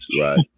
right